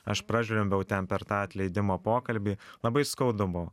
aš pražliumbiau ten per tą atleidimo pokalbį labai skaudu buvo